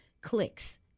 clicks